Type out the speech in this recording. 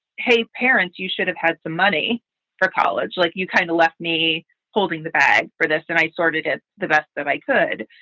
hey, parents, you should have had some money for college. like, you kind of left me holding the bag for this and i sorted it the best that i could.